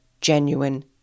genuine